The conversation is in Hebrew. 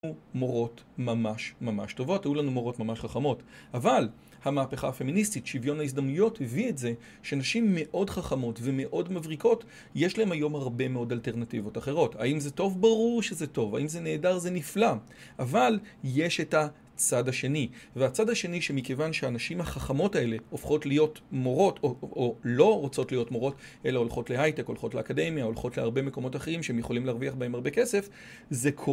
מורות ממש ממש טובות. היו לנו מורות ממש חכמות, אבל המהפכה הפמיניסטית, שוויון ההזדמנויות הביא את זה שאנשים מאוד חכמות ומאוד מבריקות יש להם היום הרבה מאוד אלטרנטיבות אחרות. האם זה טוב? ברור שזה טוב. האם זה נהדר? זה נפלא אבל יש את הצד השני, והצד השני שמכיוון שאנשים החכמות האלה הופכות להיות מורות או לא רוצות להיות מורות אלא הולכות להייטק, הולכות לאקדמיה, הולכות להרבה מקומות אחרים שהם יכולים להרוויח בהם הרבה כסף זה קורה